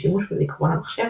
ושימוש בזיכרון המחשב,